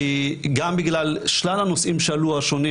גם בגלל שלל הנושאים השונים שהועלו,